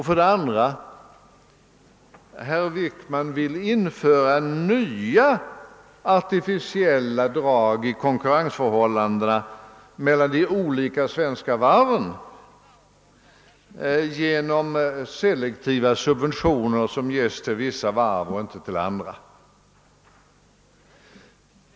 För det andra vill herr Wickman införa nya artificiella drag i:konkurrensförhållandet mellan de olika. svenska varven genom 'selektiva:.subventioner som ges till vissa varv och inte till andra.